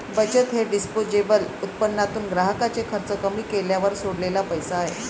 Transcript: बचत हे डिस्पोजेबल उत्पन्नातून ग्राहकाचे खर्च कमी केल्यावर सोडलेला पैसा आहे